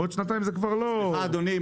בעוד שנתיים זה כבר לא --- סליחה אדוני,